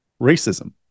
racism